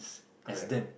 correct